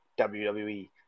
WWE